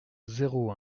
zéro